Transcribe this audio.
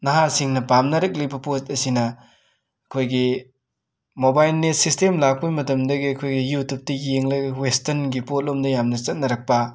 ꯅꯍꯥꯁꯤꯡꯅ ꯄꯥꯝꯅꯔꯤꯛꯂꯤꯕ ꯄꯣꯠ ꯑꯁꯤꯅ ꯑꯩꯈꯣꯏꯒꯤ ꯃꯣꯕꯥꯏꯟ ꯅꯦꯠ ꯁꯤꯁꯇꯦꯝ ꯂꯥꯛꯄ ꯃꯇꯝꯗꯒꯤ ꯑꯩꯈꯣꯏ ꯌꯨꯇꯨꯞꯇ ꯌꯦꯡꯂꯒ ꯋꯦꯁꯇꯟꯒꯤ ꯄꯣꯠꯂꯣꯝꯗ ꯌꯥꯝꯅ ꯆꯠꯅꯔꯛꯄ